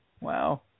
Wow